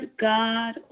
God